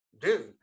dude